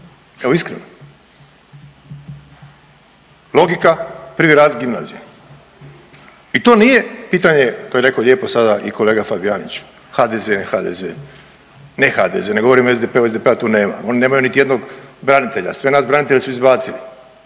evo iskreno. Logika, prvi razred gimnazije. I to nije pitanje to je rekao sada i kolega Fabijanić HDZ-a i HDZ, ne HDZ ne govorim SDP-a, SDP-a tu niti nema, oni nemaju niti jednog branitelja. Sve nas branitelje su izbacili.